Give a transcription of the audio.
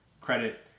credit